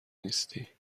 نیستی